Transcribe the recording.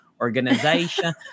organization